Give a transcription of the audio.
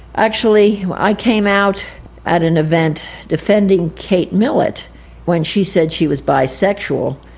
actually i came out at an event defending kate millett when she said she was bisexual,